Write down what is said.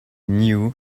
knew